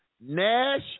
Nash